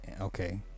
okay